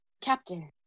captain